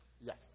Yes